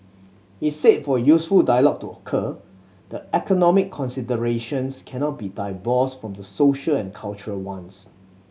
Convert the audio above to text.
he said for useful dialogue to occur the economic considerations cannot be divorced from the social and cultural ones